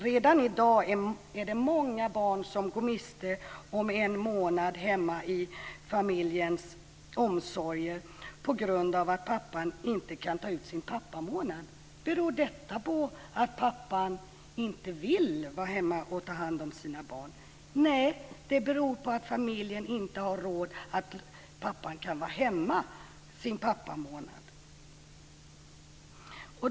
Redan i dag är det många barn som går miste om en månad hemma i familjens omsorger på grund av att pappan inte kan ta ut sin pappamånad. Beror det på att pappan inte vill vara hemma och ta hand om sina barn? Nej, det beror på att familjen inte har råd att låta pappan vara hemma sin pappamånad.